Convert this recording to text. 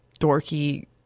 dorky